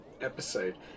episode